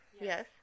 Yes